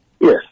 Yes